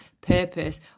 purpose